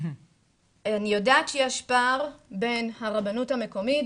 אני יודעת שיש פער בין הרבנות המקומית,